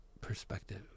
perspective